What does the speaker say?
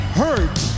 hurt